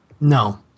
No